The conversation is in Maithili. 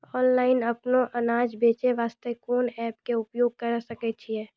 ऑनलाइन अपनो अनाज बेचे वास्ते कोंन एप्प के उपयोग करें सकय छियै?